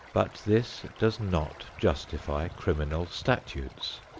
but this does not justify criminal statutes.